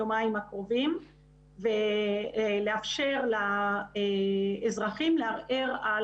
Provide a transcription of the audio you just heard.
יומיים הקרובים ולאפשר לאזרחים לערער על